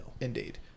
Indeed